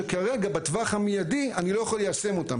שכרגע בטווח הזמן המיידי אני לא יכול ליישם אותם,